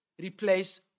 replace